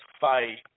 fight